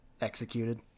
executed